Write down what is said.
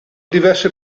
diverse